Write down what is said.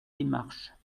démarches